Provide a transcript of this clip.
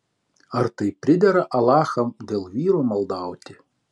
ar tai pridera alachą dėl vyro maldauti